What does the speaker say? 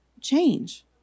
change